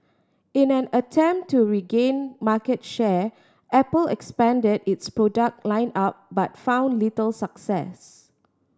in an attempt to regain market share Apple expanded its product line up but found little success